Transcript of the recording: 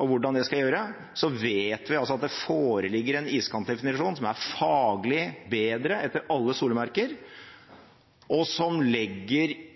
og hvordan det skal gjøres – at det foreligger en iskantdefinisjon som er faglig bedre, etter alle solemerker, og som legger